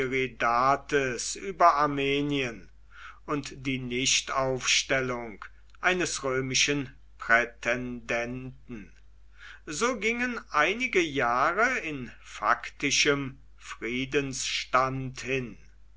über armenien und die nichtaufstellung eines römischen prätendenten so gingen einige jahre in faktischem friedensstand hin